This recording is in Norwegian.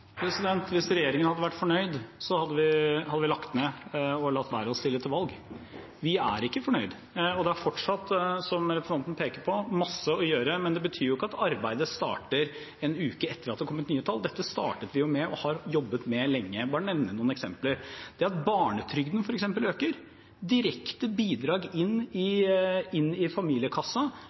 Hvis regjeringen hadde vært fornøyd, hadde vi lagt ned og latt være å stille til valg. Vi er ikke fornøyd, og det er fortsatt, som representanten Lysbakken peker på, masse å gjøre, men det betyr jo ikke at arbeidet starter en uke etter at det er kommet nye tall. Dette har vi startet med og har jobbet med lenge. Jeg vil bare nevne noen eksempler. Det at f.eks. barnetrygden øker, er et direkte bidrag inn i